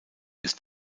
ist